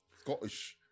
Scottish